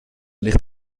ligt